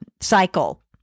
cycle